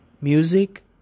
music